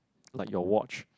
like your watch